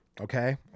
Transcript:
Okay